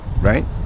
right